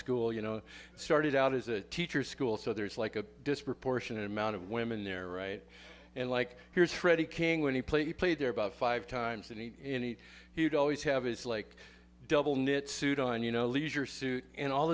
school you know started out as a teacher school so there's like a disproportionate amount of women there right and like here's freddie king when he played he played there about five times and he any he would always have is like double knit suit on you know leisure suit and all